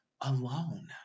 alone